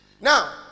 Now